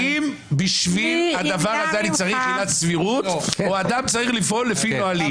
האם בשביל הדבר הזה צריך עילת סבירות או אדם צריך לפעול לפי נהלים?